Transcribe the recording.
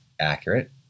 accurate